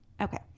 okay